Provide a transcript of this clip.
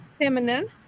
feminine